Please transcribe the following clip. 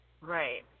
Right